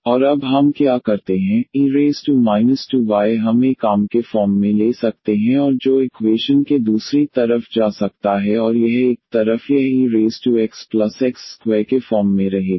और अब हम क्या करते हैं e 2y हम एक आम के फॉर्म में ले सकते हैं और जो इक्वेशन के दूसरी तरफ जा सकता है और यह एक तरफ यह exx2 के फॉर्म में रहेगा